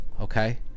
okay